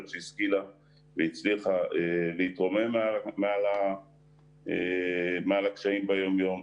שהשכילה והצליחה להתרומם מעל קשיי היומיום,